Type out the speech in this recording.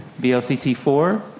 BLCT4